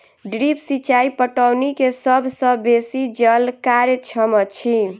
drip सिचाई पटौनी के सभ सॅ बेसी जल कार्यक्षम अछि